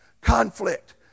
conflict